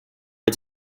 was